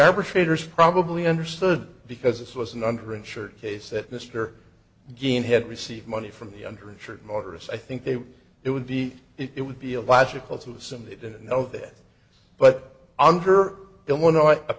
average traders probably understood because this was an under insured case that mr gene had received money from the under insured motors i think it would be it would be illogical to assume they didn't know that but under illinois